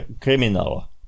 criminal